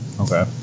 Okay